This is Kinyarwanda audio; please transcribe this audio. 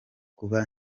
kuba